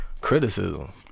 Criticism